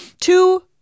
two-